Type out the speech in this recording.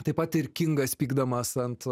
taip pat ir kingas pykdamas ant